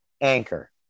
Anchor